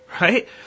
right